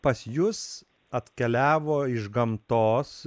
pas jus atkeliavo iš gamtos